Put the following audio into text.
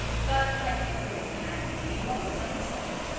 but, like kipling's cat, he walked by himself.